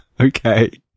Okay